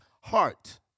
heart